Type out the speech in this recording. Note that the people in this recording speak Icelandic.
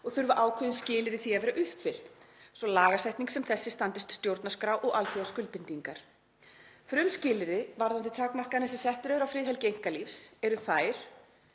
og þurfa ákveðin skilyrði því að vera uppfyllt svo lagasetning sem þessi standist stjórnarskrá og alþjóðaskuldbindingar. Frumskilyrði varðandi takmarkanir sem settar eru á friðhelgi einkalífs eru að